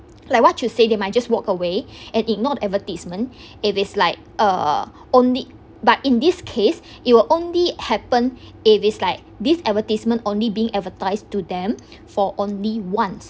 like what you say they might just walk away and ignored advertisement if it's like uh only but in this case it will only happen if it's like this advertisement only being advertised to them for only once